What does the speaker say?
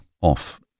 off